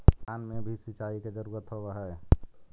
धान मे भी सिंचाई के जरूरत होब्हय?